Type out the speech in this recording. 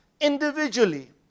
individually